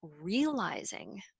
realizing